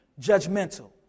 judgmental